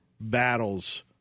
battles